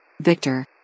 Victor